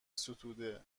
ستوده